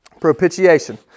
Propitiation